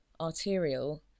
arterial